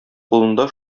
кулында